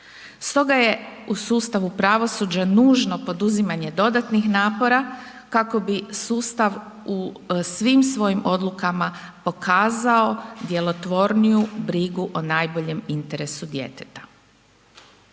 Stoga je u sustavu pravosuđa nužno poduzimanje dodatnih napora kako bi sustav u svim svojim odlukama pokazao djelotvorniju brigu o najboljem interesu djeteta.